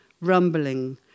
rumbling